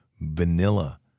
vanilla